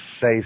say